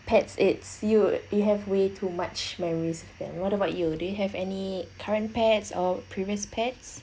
pets it's you you have way too much memories then what about you do you have any current pets or previous pets